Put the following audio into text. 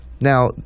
Now